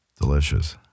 Delicious